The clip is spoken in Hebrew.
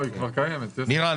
נירה,